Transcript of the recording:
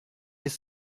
des